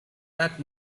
that